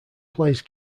plays